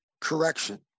correction